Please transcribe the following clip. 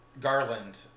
Garland